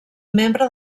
membre